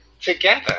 together